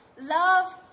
Love